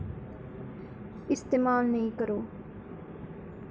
इस्तेमाल नेईं करो